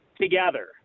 together